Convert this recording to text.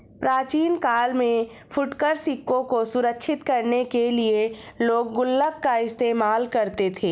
प्राचीन काल में फुटकर सिक्कों को सुरक्षित करने के लिए लोग गुल्लक का इस्तेमाल करते थे